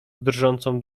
drżącą